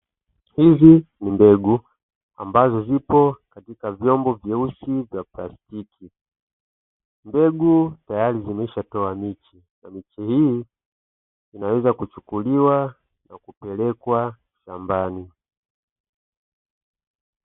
Hizi ni mbegu, ambazo zipo katika vyombo vyeusi vya plastiki. Mbegu tayari zimeshatoa miche, na miche hii inaweza kuchukuliwa na kupelekwa shambani.